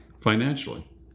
Financially